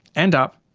and up.